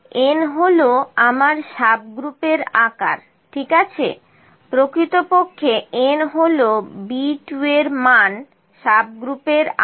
n হল আমার সাবগ্রুপের আকার ঠিক আছে প্রকৃতপক্ষে n হল B 2 এর মান সাবগ্রুপের আকার